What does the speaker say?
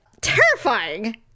terrifying